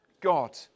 God